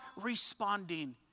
responding